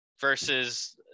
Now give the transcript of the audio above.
versus